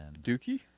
Dookie